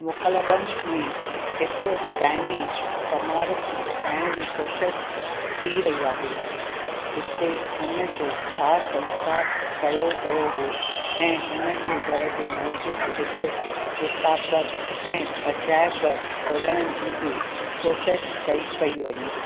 मुकलडम में हिकु दाइमी स्मारकु ठाहिण जी कोशिश थी रही आहे जिथे हुन जो दाह संस्कार कयो वियो हुओ ऐं हुनजे घर जे नज़दीक हिकु किताबघरु ऐं अजायबघरु खोलणु जी बि कोशिश कई पई वञे